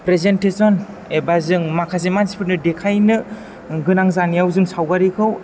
presentation एबा जों माखासे मानसिफोरनो देखायनो गोनां जानायाव जों सावगारिखौ